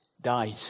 died